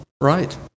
right